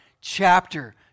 chapter